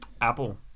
Apple